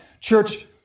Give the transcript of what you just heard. church